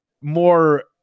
more